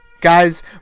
Guys